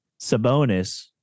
Sabonis